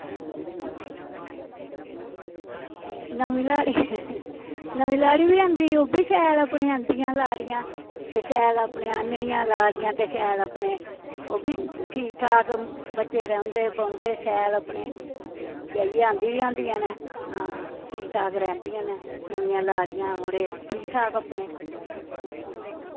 नमीं लाड़ी नमीं लाड़ी बी आंदी ओह् बी शैल अपने आंदियां लाड़ियां ते शैल अपने आह्ननियां लाड़ियां ते शैल अपने ओह् बी ठीक ठाक बच्चे रौंह्दे बौंह्दे शैल अपने ब्याहियै आंदी दियां होंदियां न हां ठीक ठाक रौंदियां न नमियां लाड़ियां मुड़े ठीक ठाक अपने